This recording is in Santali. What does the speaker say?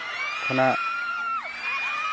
ᱠᱷᱚᱱᱟᱜ